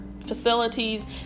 facilities